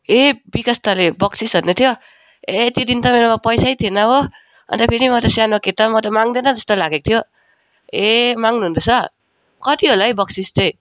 ए विकास दादाले बक्सिस भन्दै थियो ए त्यो दिन त मेरोमा पैसै थिएन हो अन्त फेरि म त सानो केटा म त माग्दैन जस्तो लागेको थियो ए माग्नु हुँदैछ कति होला है बक्सिस चाहिँ